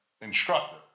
instructor